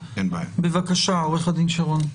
בבקשה, עורך הדין שרון.